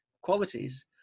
qualities